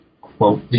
quote